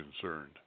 concerned